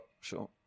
Sure